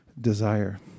desire